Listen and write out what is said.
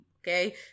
okay